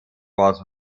was